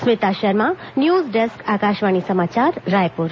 Smita Sharma news desk Akashvani समाचार रायपुर